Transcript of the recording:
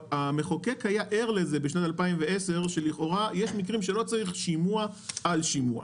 המחוקק היה ער לזה בשנת 2010 שלכאורה יש מקרים שלא צריך שימוע על שימוע.